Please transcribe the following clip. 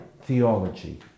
theology